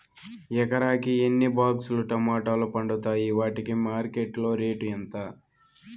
ఎకరాకి ఎన్ని బాక్స్ లు టమోటాలు పండుతాయి వాటికి మార్కెట్లో రేటు ఎంత?